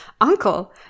Uncle